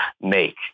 make